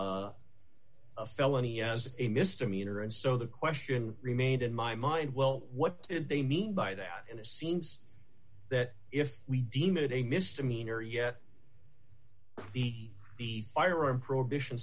a felony as a misdemeanor and so the question remained in my mind well what did they mean by that and it seems that if we deem it a misdemeanor yet be the firearm prohibition